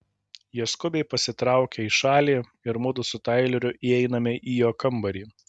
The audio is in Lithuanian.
jie skubiai pasitraukia į šalį ir mudu su taileriu įeiname į jo kambarį